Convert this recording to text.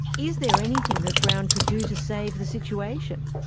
is there anything that brown could do to save the situation?